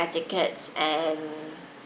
air tickets and